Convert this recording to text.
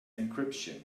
encryption